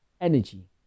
energy